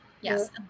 Yes